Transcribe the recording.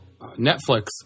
Netflix